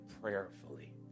prayerfully